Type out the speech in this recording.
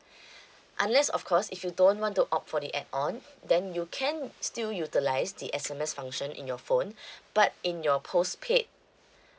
unless of course if you don't want to opt for the add on then you can still utilise the S_M_S function in your phone but in your postpaid